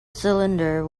cylinder